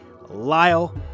Lyle